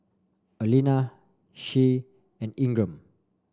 Alena Shae and Ingram